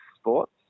Sports